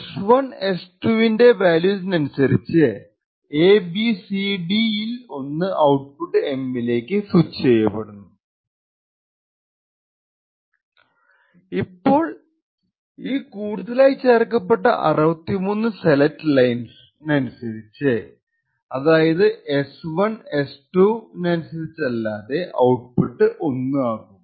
S1 S2 വിന്റെ വാല്യൂസിനനുസരിച്ചു ABCD യിൽ ഒന്ന് ഔട്ട്പുട്ട് എം ലേക്ക് സ്വിച്ച് ചെയ്യപ്പെടുന്നു ഇപ്പോൾ ഈ കൂടുതലായി ചേർക്കപ്പെട്ട 63 സെലക്ട്ലൈൻസ്നനുസരിച് അതായതു എസ്1എസ്2 നനുസരിച്ചല്ലാതെ ഔട്ട്പുട്ട് 1 ആകും